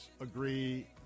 agree